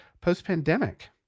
post-pandemic